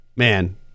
Man